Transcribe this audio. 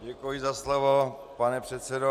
Děkuji za slovo, pane předsedo.